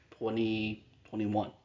2021